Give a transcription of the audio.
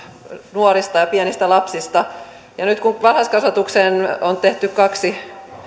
nuorista ja pienistä lapsista nyt kun varhaiskasvatukseen on tehty kaksi